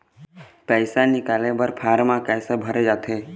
पैसा निकाले बर फार्म कैसे भरे जाथे?